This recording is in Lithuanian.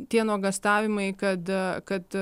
tie nuogąstavimai kad kad